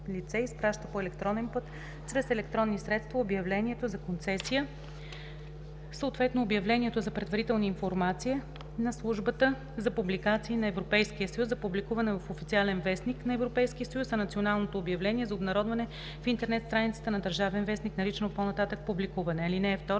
лице изпраща по електронен път чрез електронни средства обявлението за концесия, съответно обявлението за предварителна информация на Службата за публикации на Европейския съюз за публикуване в „Официален вестник“ на Европейския съюз, а националното обявление – за обнародване в интернет страницата на „Държавен вестник“, наричано по-нататък „публикуване“. (2) След